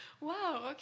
Wow